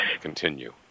continue